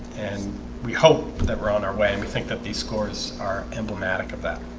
and we hope that we're on our way and we think that these scores are emblematic of that